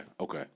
okay